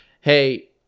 hey